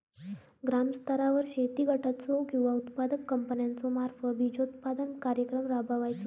ग्रामस्तरावर शेतकरी गटाचो किंवा उत्पादक कंपन्याचो मार्फत बिजोत्पादन कार्यक्रम राबायचो?